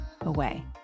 away